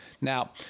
Now